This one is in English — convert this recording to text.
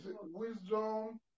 wisdom